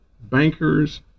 bankers